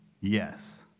Yes